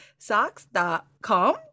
socks.com